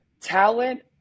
talent